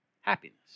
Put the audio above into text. happiness